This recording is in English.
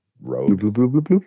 road